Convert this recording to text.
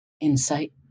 Insight